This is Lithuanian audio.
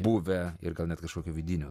buvę ir gal net kažkokio vidinio